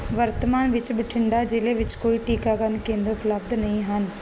ਵਰਤਮਾਨ ਵਿੱਚ ਬਠਿੰਡਾ ਜ਼ਿਲ੍ਹੇ ਵਿੱਚ ਕੋਈ ਟੀਕਾਕਰਨ ਕੇਂਦਰ ਉਪਲੱਬਧ ਨਹੀਂ ਹਨ